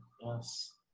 Yes